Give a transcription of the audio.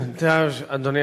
אדוני